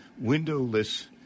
windowless